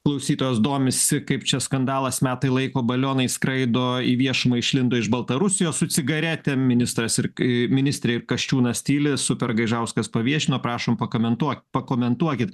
klausytojos domisi kaip čia skandalas metai laiko balionai skraido į viešumą išlindo iš baltarusijos su cigaretėm ministras ir k ministrė ir kasčiūnas tyli super gaižauskas paviešino prašom pakomentuo pakomentuokit